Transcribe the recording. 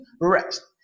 rest